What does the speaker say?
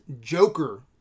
Joker